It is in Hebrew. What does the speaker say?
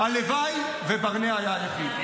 הלוואי שברנע היה היחיד.